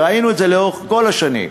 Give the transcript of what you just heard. וראינו את זה לאורך כל השנים,